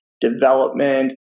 development